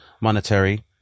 Monetary